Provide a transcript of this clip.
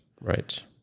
Right